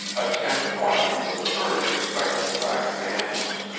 a ten point with a very respectable rack of antlers.